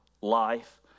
life